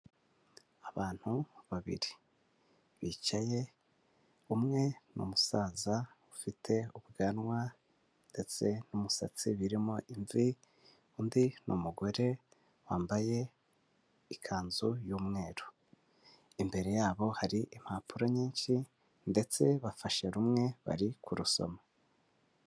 Abantu babiri bicaye umwe numusaza ufite ubwanwa ndetse n'umusatsi birimo imvi undi, ni umugore wambaye ikanzu y'umweru, imbere yabo hari impapuro nyinshi ndetse bafashe rumwe bari kurusoma.